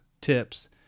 Tips